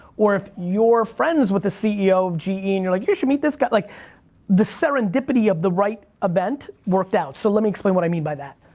or if you're friends with the ceo of ge, and you're like you should meet this guy. like the serendipity of the right event, worked out. so let me explain what i mean by that.